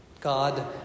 God